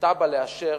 תב"ע לאשר,